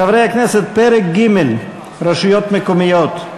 חברי הכנסת, פרק ג': רשויות מקומיות.